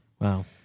Wow